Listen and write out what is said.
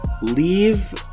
Leave